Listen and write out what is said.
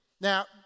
Now